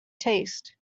taste